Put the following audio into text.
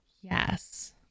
Yes